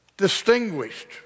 distinguished